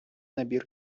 набір